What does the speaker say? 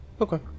Okay